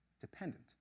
dependent